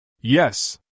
Yes